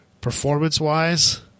performance-wise